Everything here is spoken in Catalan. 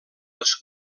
les